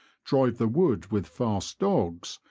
drive the wood with fast dogs,